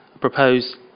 proposed